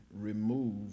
remove